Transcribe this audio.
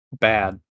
Bad